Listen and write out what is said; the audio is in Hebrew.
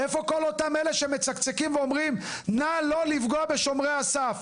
איפה כל אותם אלה שמצקצקים ואומרים נא לא לפגוע בשומרי הסף.